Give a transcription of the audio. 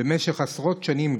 במשך עשרות שנים,